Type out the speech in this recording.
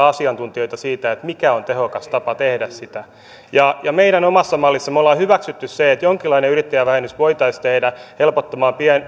asiantuntijoita siitä mikä on tehokas tapa tehdä sitä meidän omassa mallissamme me olemme hyväksyneet sen että jonkinlainen yrittäjävähennys voitaisiin tehdä helpottamaan